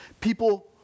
people